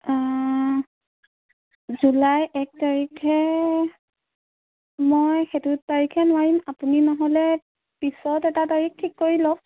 অঁ জুলাই এক তাৰিখে মই সেইটো তাৰিখে নোৱাৰিম আপুনি নহ'লে পিছত এটা তাৰিখ ঠিক কৰি লওক